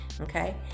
Okay